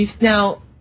now